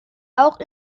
auch